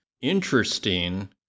interesting